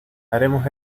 haremos